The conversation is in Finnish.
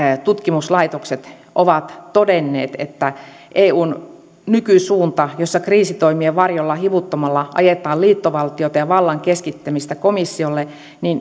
tutkimuslaitokset ovat todenneet että eun nykysuunta jossa kriisitoimien varjolla hivuttamalla ajetaan liittovaltiota ja vallan keskittämistä komissiolle